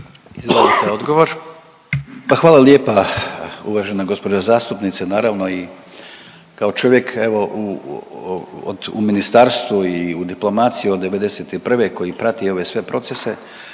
Gordan (HDZ)** Pa hvala lijepa uvažena gospođo zastupnice. Naravno i kao čovjek evo u ministarstvu i u diplomaciji od '91. koji prati ove sve procese,